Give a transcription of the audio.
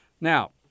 Now